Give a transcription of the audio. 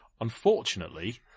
Unfortunately